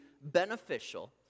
beneficial